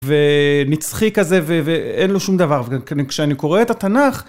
ונצחי כזה, ואין לו שום דבר, וכשאני קורא את התנ״ך...